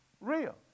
real